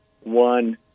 one